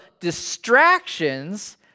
distractions